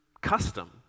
custom